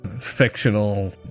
fictional